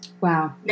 Wow